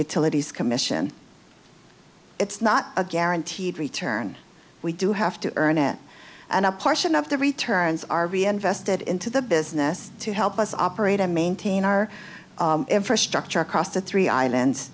utilities commission it's not a guaranteed return we do have to earn it and a portion of the returns are reinvested into the business to help us operate and maintain our infrastructure across the three island